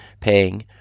paying